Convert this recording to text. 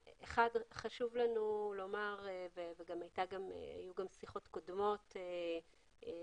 חשוב לנו לומר ובנושא הזה היו גם שיחות קודמות עם